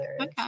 okay